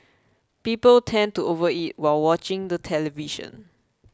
people tend to overeat while watching the television